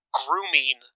grooming